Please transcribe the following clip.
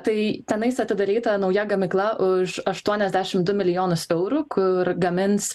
tai tenais atidaryta nauja gamykla už aštuoniasdešim du milijonus eurų kur gamins